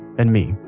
and me,